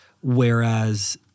whereas